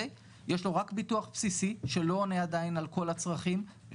יש לו רק ביטוח בסיסי שלא עונה עדיין על כל הצרכים,